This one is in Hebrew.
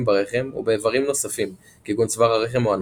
ברחם או באיברים נוספים כגון צוואר הרחם או הנרתיק.